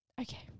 Okay